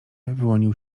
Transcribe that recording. wyłonił